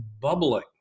bubbling